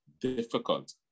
difficult